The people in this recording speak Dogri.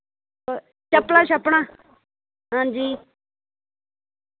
प चप्पलां छप्पलां हां जी